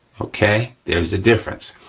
okay? there's a difference.